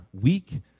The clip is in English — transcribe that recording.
weak